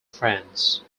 france